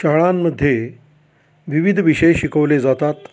शाळांमध्ये विविध विषय शिकवले जातात